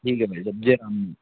ठीक है भाई साहब जय राम